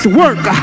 work